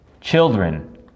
Children